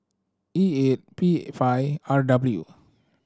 E eight P five R W